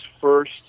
first